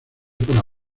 para